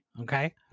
okay